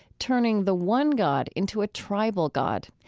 turning the one god into a tribal god,